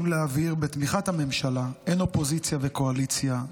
להעביר בתמיכת הממשלה אין אופוזיציה וקואליציה,